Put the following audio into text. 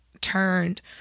turned